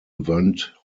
event